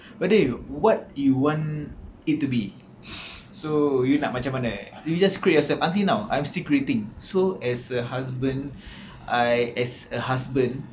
whether you what you want it to be so you nak macam mana you just create yourself until now I'm still creating so as a husband I as a husband